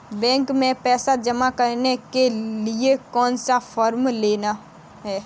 Bank में पैसा जमा करने के लिए कौन सा फॉर्म लेना है?